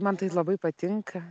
man tai labai patinka